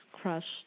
crushed